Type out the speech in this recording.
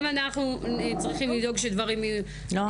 גם אנחנו צריכים לדאוג לכך שהדברים קורים.